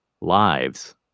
lives